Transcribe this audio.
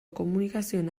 komunikazioen